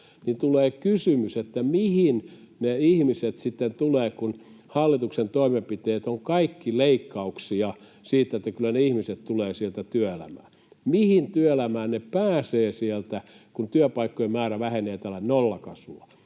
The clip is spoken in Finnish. niin tulee kysymys, mihin ne ihmiset sitten tulevat, kun hallituksen toimenpiteet ovat kaikki leikkauksia sitä ajatellen, että kyllä ne ihmiset tulevat sieltä työelämään. Mihin työelämään he pääsevät sieltä, kun työpaikkojen määrä vähenee tällä nollakasvulla?